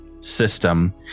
system